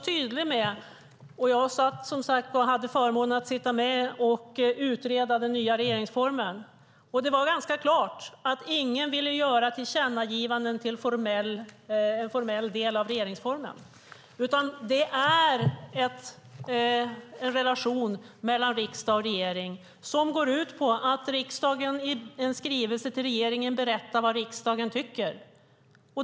Jag hade, som sagt, förmånen att sitta med och utreda den nya regeringsformen, och det var ganska klart att ingen ville göra tillkännagivanden till en formell del av regeringsformen. Det är en relation mellan riksdag och regering som går ut på att riksdagen i en skrivelse till regeringen berättar vad riksdagen tycker.